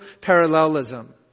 parallelism